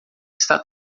está